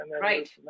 Right